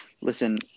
Listen